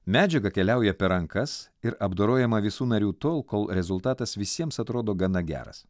medžiaga keliauja per rankas ir apdorojama visų narių tol kol rezultatas visiems atrodo gana geras